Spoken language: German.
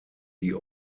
die